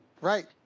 Right